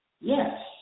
Yes